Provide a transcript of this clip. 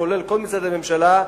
כולל כל משרדי הממשלה,